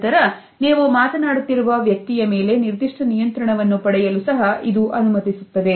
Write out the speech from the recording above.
ನಂತರ ನೀವು ಮಾತನಾಡುತ್ತಿರುವ ವ್ಯಕ್ತಿಯ ಮೇಲೆ ನಿರ್ದಿಷ್ಟ ನಿಯಂತ್ರಣವನ್ನು ಪಡೆಯಲು ಸಹ ಇದು ಅನುಮತಿಸುತ್ತದೆ